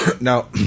Now